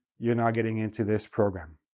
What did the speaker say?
you're not getting into this program.